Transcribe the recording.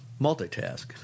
multitask